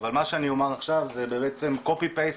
אבל מה שאני אומר עכשיו זה באמת קופי פייסט